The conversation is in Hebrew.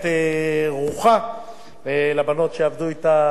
לבנות שעבדו אתה, ענת, מעיין ואתי.